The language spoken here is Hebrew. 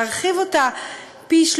להרחיב אותה פי-שלושה,